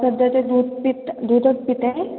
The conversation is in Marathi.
सध्याच्या दूध पितं दूधच पीत आहे